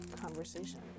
conversation